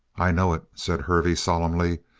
i know it, said hervey solemnly.